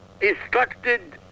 instructed